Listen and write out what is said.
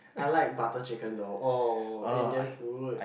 I like butter chicken though oh Indian food